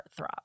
heartthrob